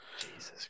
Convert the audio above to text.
Jesus